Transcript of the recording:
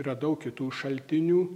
radau kitų šaltinių